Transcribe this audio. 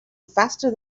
faster